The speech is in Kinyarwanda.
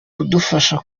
kudufasha